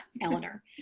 Eleanor